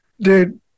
dude